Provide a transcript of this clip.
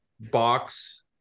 box